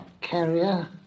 carrier